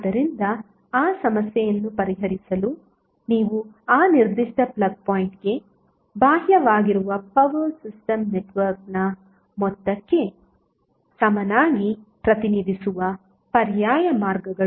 ಆದ್ದರಿಂದ ಆ ಸಮಸ್ಯೆಯನ್ನು ಪರಿಹರಿಸಲು ನೀವು ಆ ನಿರ್ದಿಷ್ಟ ಪ್ಲಗ್ ಪಾಯಿಂಟ್ಗೆ ಬಾಹ್ಯವಾಗಿರುವ ಪವರ್ ಸಿಸ್ಟಮ್ ನೆಟ್ವರ್ಕ್ನ ಮೊತ್ತಕ್ಕೆ ಸಮನಾಗಿ ಪ್ರತಿನಿಧಿಸುವ ಪರ್ಯಾಯ ಮಾರ್ಗಗಳು